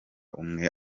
umwe